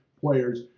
players